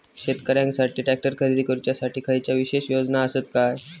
शेतकऱ्यांकसाठी ट्रॅक्टर खरेदी करुच्या साठी खयच्या विशेष योजना असात काय?